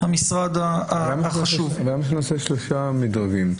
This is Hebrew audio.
המשרד -- למה שלא נעשה שלושה מדרגים?